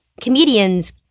comedians